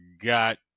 got